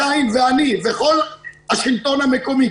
חיים ואני וכל השלטון המקומי,